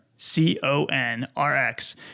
C-O-N-R-X